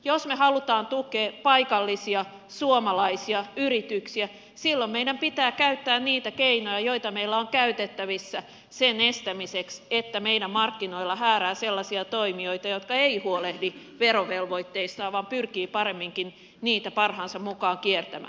jos me haluamme tukea paikallisia suomalaisia yrityksiä silloin meidän pitää käyttää niitä keinoja joita meillä on käytettävissä sen estämiseksi että meidän markkinoilla häärää sellaisia toimijoita jotka eivät huolehdi verovelvoitteistaan vaan pyrkivät paremminkin niitä parhaansa mukaan kiertämään